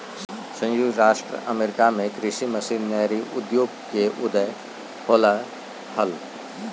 संयुक्त राज्य अमेरिका में कृषि मशीनरी उद्योग के उदय होलय हल